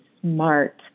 smart